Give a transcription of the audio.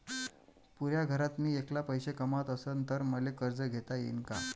पुऱ्या घरात मी ऐकला पैसे कमवत असन तर मले कर्ज घेता येईन का?